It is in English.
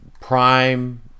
Prime